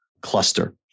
cluster